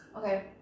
okay